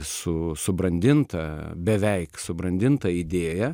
su subrandintą beveik subrandintą idėją